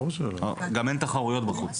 גם אין תחרויות בחוץ.